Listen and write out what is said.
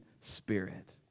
spirit